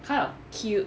kind of cute